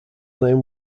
name